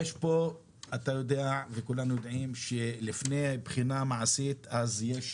יש פה אתה יודע וכולנו יודעים שלפני בחינה מעשית אז יש